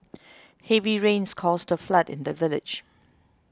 heavy rains caused a flood in the village